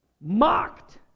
mocked